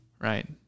Right